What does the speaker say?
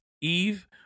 Eve